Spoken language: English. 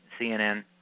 CNN